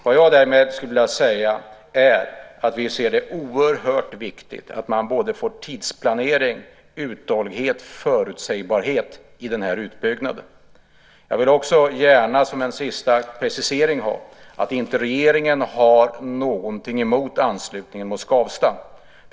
Vad jag därmed skulle vilja säga är att vi ser det som oerhört viktigt att man får både tidsplanering, uthållighet och förutsägbarhet i den här utbyggnaden. Jag vill också gärna som en sista precisering höra att regeringen inte har någonting emot anslutningen mot Skavsta.